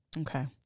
Okay